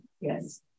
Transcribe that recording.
Yes